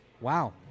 Wow